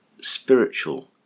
spiritual